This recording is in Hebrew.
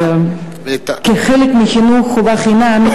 כחלק מחינוך חובה חינם,